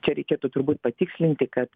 čia reikėtų turbūt patikslinti kad